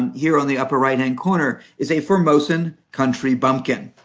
and here on the upper right-hand corner is a formosan country bumpkin,